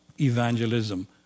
evangelism